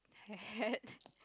hat